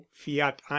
fiat